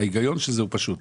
ההיגיון של זה הוא פשוט.